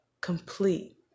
complete